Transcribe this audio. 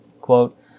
quote